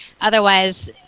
Otherwise